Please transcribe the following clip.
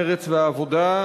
מרצ והעבודה,